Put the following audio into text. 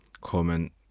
Comment